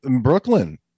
Brooklyn